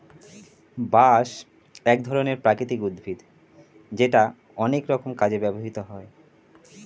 বাঁশ এক ধরনের প্রাকৃতিক উদ্ভিদ যেটা অনেক রকম কাজে ব্যবহৃত হয়